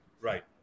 right